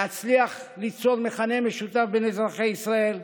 להצליח ליצור מכנה משותף בין אזרחי ישראל,